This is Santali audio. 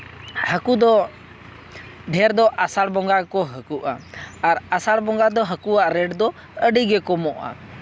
ᱦᱟᱹᱠᱩ ᱫᱚ ᱰᱷᱮᱨ ᱫᱚ ᱟᱥᱟᱲ ᱵᱚᱸᱜᱟ ᱜᱮᱠᱚ ᱦᱟᱹᱠᱩᱜᱼᱟ ᱟᱨ ᱟᱥᱟᱲ ᱵᱚᱸᱜᱟ ᱫᱚ ᱦᱟᱹᱠᱩᱣᱟᱜ ᱨᱮᱹᱴ ᱫᱚ ᱟᱹᱰᱤ ᱜᱮ ᱠᱚᱢᱚᱜᱼᱟ